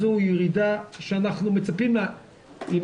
הירידה הזאת היא ירידה שאנחנו מצפים לה עם